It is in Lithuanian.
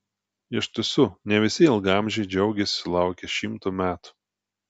iš tiesų ne visi ilgaamžiai džiaugiasi sulaukę šimto metų